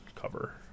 cover